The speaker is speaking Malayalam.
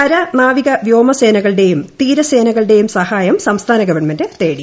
കര നാവിക വ്യോമസേനകളുടെയും തീരസേനയുടെയും സഹായം സംസ്ഥാന ഗവൺമെന്റ് തേടി